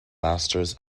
masters